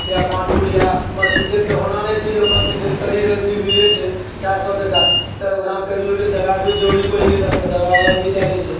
या पान पुड़िया मद्य निषेधमे होना नहि चाहिए मद्य निषेध करि तभी मिलै छै चारि सए टका तऽ ओकरामे कभी भेलै दवाइ भी जरुरि पड़ि गेलै तऽ अपन दवाइ ववाइ भी लऽ लेइछै